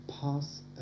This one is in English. pass